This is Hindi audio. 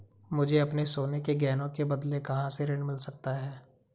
मुझे अपने सोने के गहनों के बदले कहां से ऋण मिल सकता है?